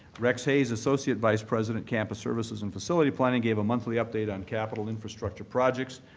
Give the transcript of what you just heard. rex hays, associate vice president, campus services and facility planning, gave a monthly update on capital infrastructure projects.